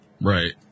Right